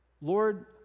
Lord